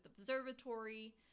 observatory